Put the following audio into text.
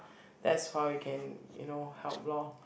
that's how you can you know help loh